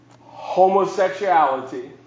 homosexuality